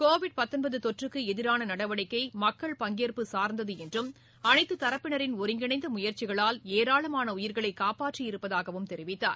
Covid தொற்றுக்கு எதிரான நடவடிக்கை மக்கள் பங்கேற்பு சார்ந்தது என்றும் அனைத்து தரப்பினரின் ஒருங்ணைந்த முயற்சிகளால் ஏராளமான உயிர்களை காப்பாற்றி இருப்பதாகவும் தெரிவித்தார்